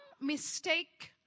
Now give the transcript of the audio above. mistake